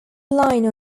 line